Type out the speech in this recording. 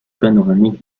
panoramique